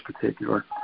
particular